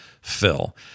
Phil